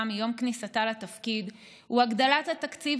מיום כניסתה לתפקיד הוא הגדלת התקציב